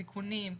סיכונים.